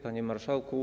Panie Marszałku!